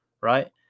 right